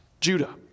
Judah